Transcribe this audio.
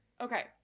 okay